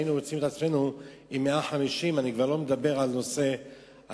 היינו מוצאים את עצמנו עם 150. אני כבר לא מדבר על נושא התקציב,